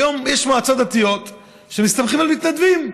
היום יש מועצות דתיות שמסתמכות על מתנדבים,